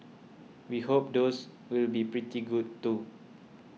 we hope those will be pretty good too